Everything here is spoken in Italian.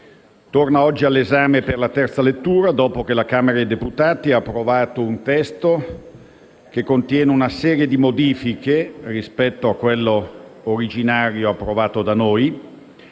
Torna oggi in Aula per un terzo esame dopo che la Camera dei deputati ha approvato un testo che contiene una serie di modifiche, rispetto a quello originario approvato da noi,